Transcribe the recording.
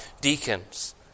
deacons